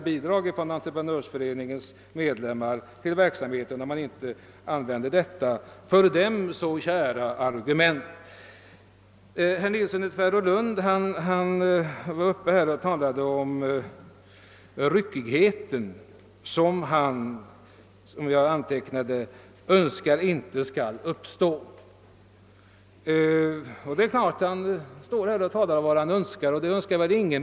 Bidragen från entreprenörsföreningens medlemmar till den politiska verksamheten blir väl för dåliga, om man inte använder ett för entreprenörerna så kärt argument. Sedan talade herr Nilsson i Tvärålund om att han ville ha bort ryckigheten i bostadsproduktionen. Självfallet kan herr Nilsson i Tvärålund redovisa de önskemål han har, och det är väl inte heller någon som vill ha ryckighet i bostadsbyggandet.